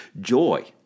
joy